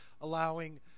allowing